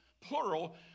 plural